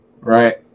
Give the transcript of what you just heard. Right